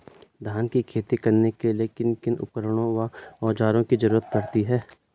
धान की खेती करने के लिए किन किन उपकरणों व औज़ारों की जरूरत पड़ती है?